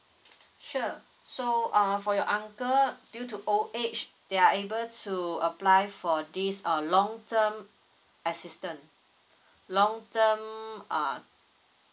sure so um for your uncle due to old age they are able to apply for this err long term assistance long term err